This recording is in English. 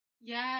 Yes